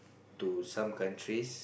to some countries